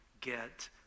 get